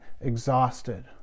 exhausted